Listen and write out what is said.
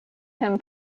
him